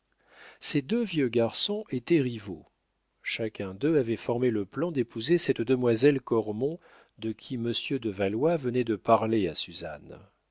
ces deux vieux garçons étaient rivaux chacun d'eux avait formé le plan d'épouser cette demoiselle cormon de qui monsieur de valois venait de parler à suzanne